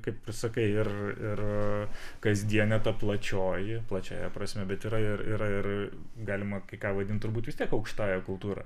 kaip ir sakai ir ir kasdienė ta plačioji plačiąja prasme bet yra ir yra ir galima kai ką vadint turbūt vis tiek aukštąja kultūra